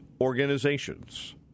organizations